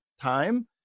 time